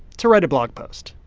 to write a blog post.